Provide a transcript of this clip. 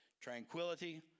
tranquility